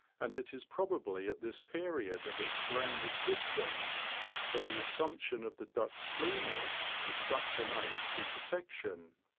and it is probably at this period of its ground existence that the as sumption of the duck's plumage is such an aid to protection.